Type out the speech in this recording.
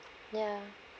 ya